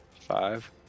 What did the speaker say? five